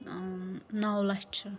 ٲں نَو لَچھ چھِ